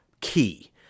key